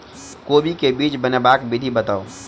कोबी केँ बीज बनेबाक विधि बताऊ?